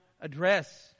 address